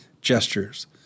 gestures